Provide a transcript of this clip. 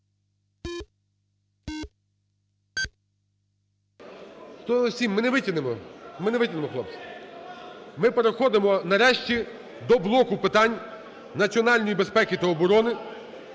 ми не витягнемо, хлопці. Ми переходимо нарешті до блоку питань національної безпеки та оборони,